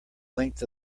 length